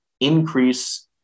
increase